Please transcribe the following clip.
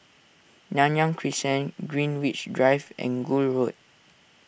Nanyang Crescent Greenwich Drive and Gul Road